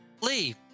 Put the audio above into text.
Lee